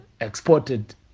exported